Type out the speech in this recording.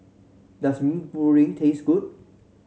does Mee Goreng taste good